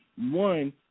one